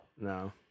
No